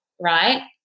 Right